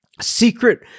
secret